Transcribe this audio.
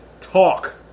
talk